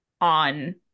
on